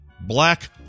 Black